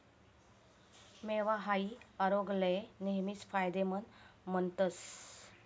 मेवा हाई आरोग्याले नेहमीच फायदेमंद मानतस